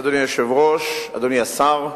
אדוני היושב-ראש, אדוני השר,